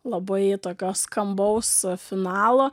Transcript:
labai tokio skambaus finalo